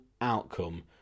outcome